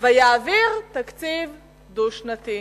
ויעביר תקציב דו-שנתי.